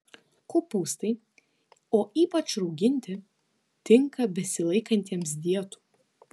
kopūstai o ypač rauginti tinka besilaikantiems dietų